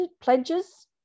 pledges